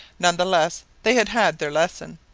none the less they had had their lesson.